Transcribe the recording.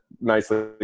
nicely